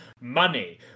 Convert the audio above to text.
money